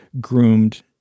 groomed